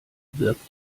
wirkt